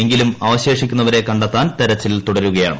എങ്കിലൂർ അവശേഷിക്കുന്നവരെ കണ്ടെത്താൻ തെരച്ചിൽ തുടരുകയാണ്